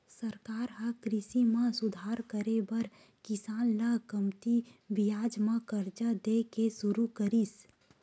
सरकार ह कृषि म सुधार करे बर किसान ल कमती बियाज म करजा दे के सुरू करिस